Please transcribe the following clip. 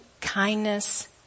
kindness